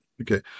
Okay